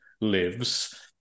lives